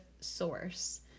source